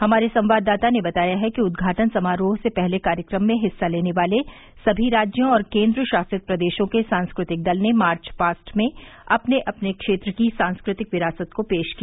हमारे संवाददाता ने बताया है कि उदघाटन समारोह से पहले कार्यक्रम में हिस्सा लेने वाले समी राज्यों और केन्द्र शासित प्रदेशों के सांस्क तिक दल ने मार्च पास्ट में अपने अपने क्षेत्र की सांस्कृतिक विरासत को पेश किया